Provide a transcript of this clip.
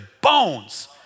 bones